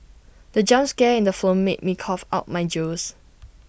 the jump scare in the film made me cough out my juice